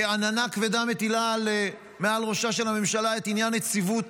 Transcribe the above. כעננה כבדה מטילה מעל ראשה של הממשלה את עניין נציבות